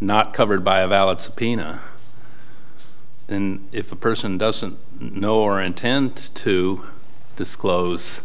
not covered by a valid subpoena then if a person doesn't know or intend to disclose